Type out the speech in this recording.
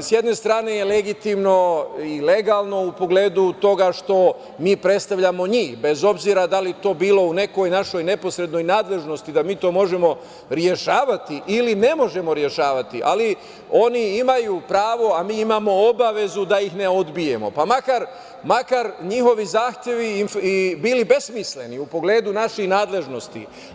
s jedne strane legitimno i legalno u pogledu toga što mi predstavljamo njih, bez obzira da li to bilo u nekoj našoj neposrednoj nadležnosti da mi to možemo rešavati ili ne možemo rešavati, ali oni imaju pravo, a mi imamo obavezu da ih ne odbijemo, pa makar njihovi zahtevi bili besmisleni u pogledu naših nadležnosti.